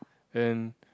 and